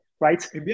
right